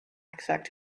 except